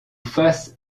face